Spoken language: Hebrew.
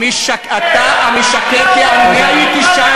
שקר וכזב, שקר וכזב.